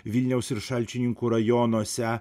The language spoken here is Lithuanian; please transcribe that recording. vilniaus ir šalčininkų rajonuose